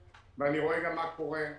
ואני רואה גם מה קורה,